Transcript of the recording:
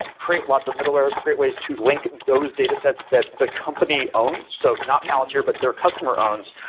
create lots of middleware, create ways to link those data sets that the company own. so not palantir, but their customer owns,